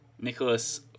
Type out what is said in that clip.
Nicholas